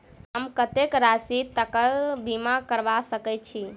हम कत्तेक राशि तकक बीमा करबा सकै छी?